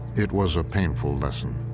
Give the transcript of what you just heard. it was a painful lesson.